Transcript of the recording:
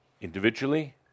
individually